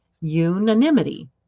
unanimity